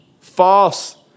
False